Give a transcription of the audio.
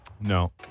No